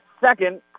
second